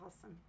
Awesome